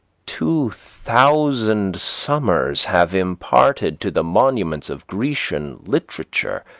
two thousand summers have imparted to the monuments of grecian literature,